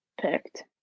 picked